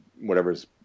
whatever's